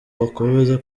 bakomeza